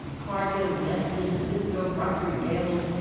cargill, nestle, nabisco, procter and gamble,